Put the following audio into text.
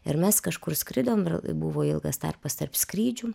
ir mes kažkur skridom buvo ilgas tarpas tarp skrydžių